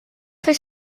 fer